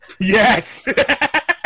Yes